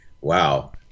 Wow